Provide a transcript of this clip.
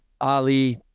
Ali